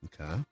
Okay